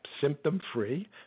symptom-free